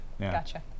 Gotcha